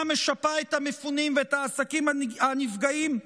משפה את המפונים ואת העסקים הנפגעים?